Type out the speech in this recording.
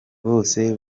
bose